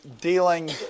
dealing